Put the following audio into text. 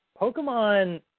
Pokemon